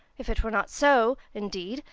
if it were not so, indeed,